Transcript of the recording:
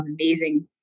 amazing